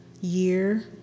year